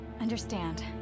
Understand